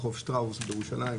רחוב שטראוס בירושלים,